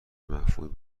مفهومی